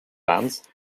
lands